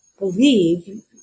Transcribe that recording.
Believe